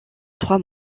trois